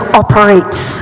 operates